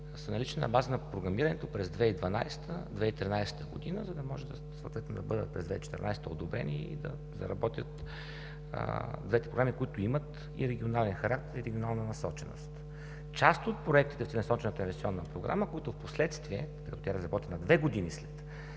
са налична база на програмираното през 2012 – 2013 г., за да може да бъдат одобрени през 2014 г. и да заработят двете програми, които имат и регионален характер, и регионална насоченост. Част от проектите в Целенасочената инвестиционна програма, които впоследствие, тъй като тя е разработена две години след